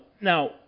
Now